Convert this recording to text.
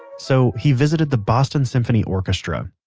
so he visited the boston symphony orchestra